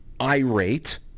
irate